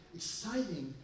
exciting